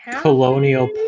colonial